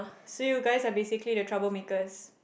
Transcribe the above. so you guys have basically the troublemakers